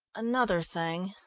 another thing,